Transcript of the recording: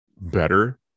better